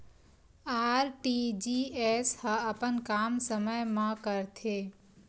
RTGS ह अपन काम समय मा करथे?